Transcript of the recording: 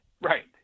right